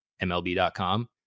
MLB.com